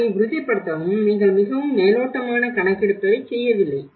அதை உறுதிப்படுத்தவும் நீங்கள் மிகவும் மேலோட்டமான கணக்கெடுப்பைச் செய்யவில்லை